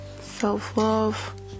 self-love